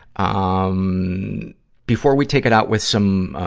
ah um before we take it out with some, ah,